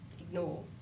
ignore